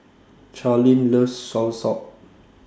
Charleen loves Soursop